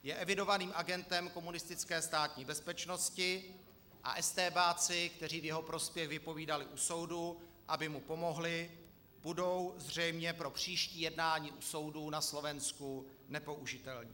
Je evidovaným agentem komunistické státní bezpečnosti a estébáci, kteří v jeho prospěch vypovídali u soudu, aby mu pomohli, budou zřejmě pro příští jednání u soudů na Slovensku nepoužitelní.